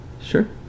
sure